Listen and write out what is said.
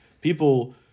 People